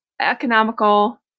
economical